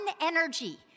energy